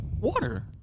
Water